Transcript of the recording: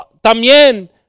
también